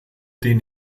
den